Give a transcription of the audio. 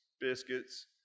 Biscuits